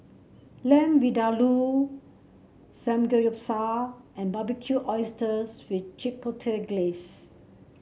Lamb Vindaloo Samgeyopsal and Barbecued Oysters with Chipotle Glaze